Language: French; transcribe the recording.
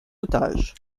otages